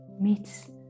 meets